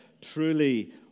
truly